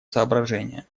соображения